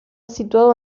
situado